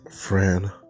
friend